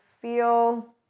feel